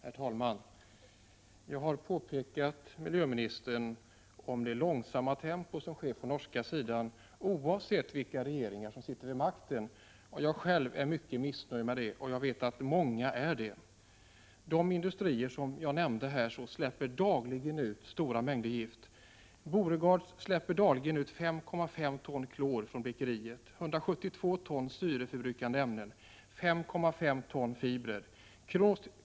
Herr talman! Jag har för miljöministern pekat på det långsamma tempot på den norska sidan, och det gäller oavsett vilka regeringar som sitter vid makten. Jag är själv mycket missnöjd med situationen och jag vet att många 105 andra också är det. De industrier som jag nämnde tidigare släpper dagligen ut stora mängder gift. — Borregaard släpper dagligen ut 5,5 ton klor från blekeriet, 172 ton syreförbrukande ämnen och 5,5 ton fibrer.